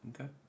Okay